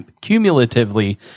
cumulatively